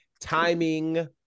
Timing